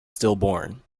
stillborn